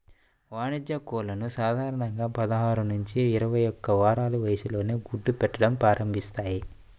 వాణిజ్య కోళ్లు సాధారణంగా పదహారు నుంచి ఇరవై ఒక్క వారాల వయస్సులో గుడ్లు పెట్టడం ప్రారంభిస్తాయి